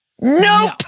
Nope